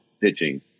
pitching